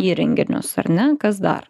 įrenginius ar ne kas dar